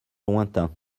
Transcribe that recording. lointain